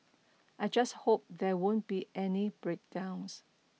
I just hope there won't be any breakdowns